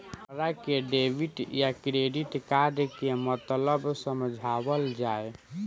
हमरा के डेबिट या क्रेडिट कार्ड के मतलब समझावल जाय?